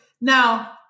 now